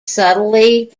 subtly